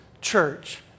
church